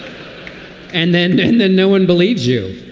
and then and then no one believes you